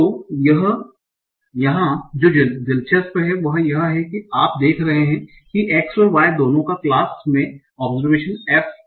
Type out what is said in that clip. तो यहां जो दिलचस्प है वह यह है कि आप देख रहे हैं कि x और y दोनों का क्लास में ओब्सेर्वेशन f फंक्शन है